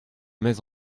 mets